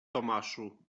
tomaszu